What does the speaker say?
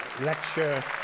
lecture